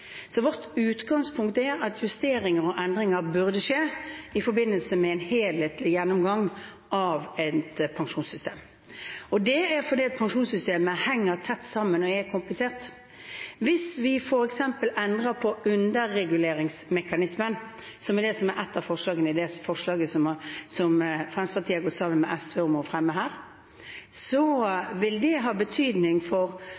Vårt utgangspunkt er at justeringer og endringer burde skje i forbindelse med en helhetlig gjennomgang av pensjonssystemet. Det er fordi pensjonssystemet henger tett sammen og er komplisert. Hvis vi f.eks. endrer på underreguleringsmekanismen, som er et av forslagene i det forslaget Fremskrittspartiet har gått sammen med SV om å fremme her, vil det ha betydning for